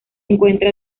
encuentra